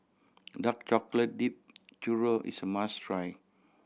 dark chocolate dipped churro is a must try